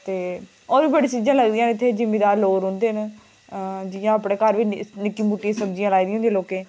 होर बी बड़ियां चीज़ा लगदियां न बड़े जमींदार लोक रौहंदे न जि'यां अपने घर बी निक्की मुट्टी सब्जी लाई दी होंदी लोकें